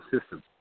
system